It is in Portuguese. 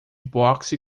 boxe